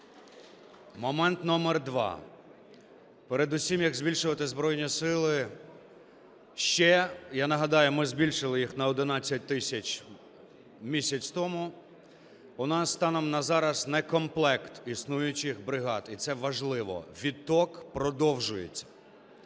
Момент номер два. Передусім, як збільшувати Збройні Сили, ще, я нагадаю, ми збільшили їх на 11 тисяч місяць тому, у нас станом на зараз некомплект існуючих бригад. І це важливо. Відтік продовжується.